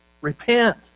Repent